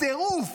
טירוף.